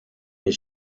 his